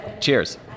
Cheers